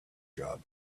job